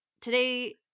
today